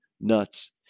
nuts